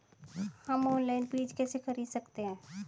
हम ऑनलाइन बीज कैसे खरीद सकते हैं?